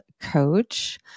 coach